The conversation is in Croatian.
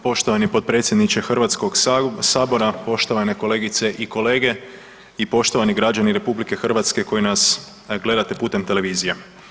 Poštovani potpredsjedniče HS, poštovane kolegice i kolege i poštovani građani RH koji nas gledate putem televizije.